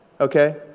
Okay